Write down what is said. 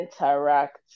Interact